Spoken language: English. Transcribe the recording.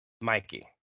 Mikey